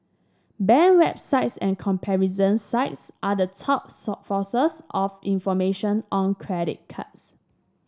bank websites and comparison sites are the top sources of information on credit cards